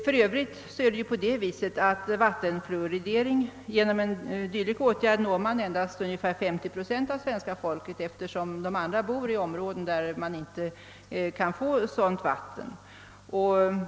För övrigt når man genom vattenfluoridering endast ungefär 530 procent av svenska folket, eftersom resten bor i sådana områden där man inte har vattenverk.